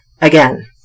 again